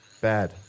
Bad